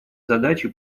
задачи